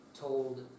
told